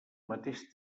mateix